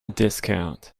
discount